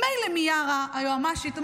לא לא לא.